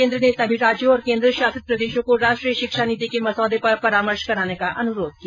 केन्द्र ने सभी राज्यों और केन्द्र शासित प्रदेशों को राष्ट्रीय शिक्षा नीति के मसौदे पर परामर्श कराने का अनुरोध किया